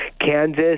Kansas